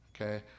okay